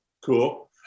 Cool